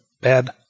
bad